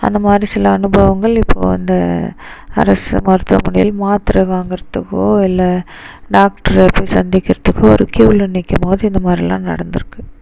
அந்த மாதிரி சில அனுபவங்கள் இப்போது வந்து அரசு மருத்துவமனையில் மாத்திரை வாங்குறதுக்கோ இல்லை டாக்டரை போய் சந்திக்குறதுக்கோ ஒரு கியூவில் நிற்கும் போது இந்த மாதிரிலாம் நடந்திருக்கு